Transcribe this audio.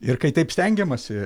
ir kai taip stengiamasi